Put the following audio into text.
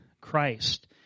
Christ